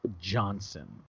Johnson